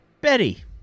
Betty